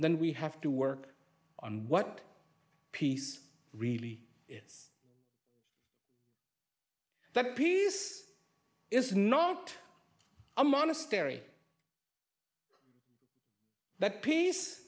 then we have to work on what peace really is that peace is not a monastery that peace